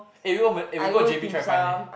eh we go eh we go j_b try to find eh